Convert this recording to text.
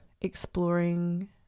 exploring